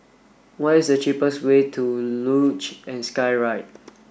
what is the cheapest way to Luge and Skyride